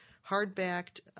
hard-backed